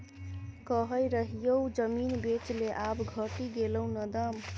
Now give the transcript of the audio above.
कहय रहियौ जमीन बेच ले आब घटि गेलौ न दाम